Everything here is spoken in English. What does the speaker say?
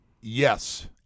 Yes